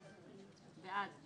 בעד,